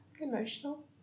emotional